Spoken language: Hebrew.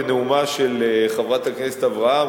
בנאומה של חברת הכנסת אברהם,